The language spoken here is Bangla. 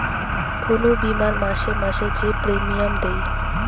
কুনু বীমার মাসে মাসে যে প্রিমিয়াম দেয়